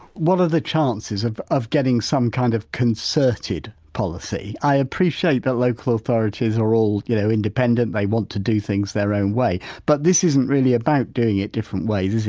what are the chances of of getting some kind of concerted policy? i appreciate that local authorities are all you know independent, they want to do things their own way but this isn't really about doing it different ways, is it,